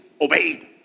obeyed